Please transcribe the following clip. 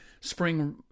Spring